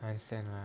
understand lah